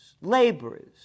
laborers